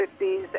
50s